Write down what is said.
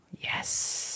Yes